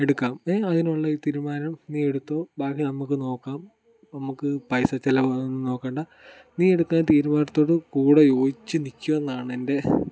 എടുക്കാം ഏഹ് അതിനുള്ള തീരുമാനം നീ എടുത്തോ ബാക്കി നമുക്ക് നോക്കാം നമുക്ക് പൈസ ചിലവാക്കുന്നത് ഒന്നും നോക്കണ്ട നീ എടുക്കുന്ന തീരുമാനത്തോട് കൂടെ യോജിച്ച് നിൽക്കും എന്നാണ് എൻ്റെ